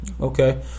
Okay